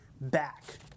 back